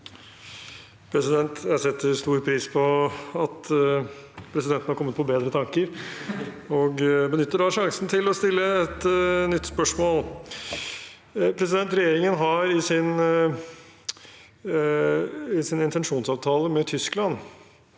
Jeg setter stor pris på at presidenten er kommet på bedre tanker, og benytter da sjansen til å stille et nytt spørsmål. Regjeringen har i sin intensjonsavtale med Tyskland